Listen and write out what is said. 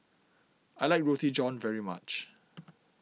I like Roti John very much